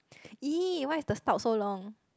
!eee! why is the snout so long